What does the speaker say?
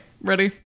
ready